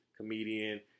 Comedian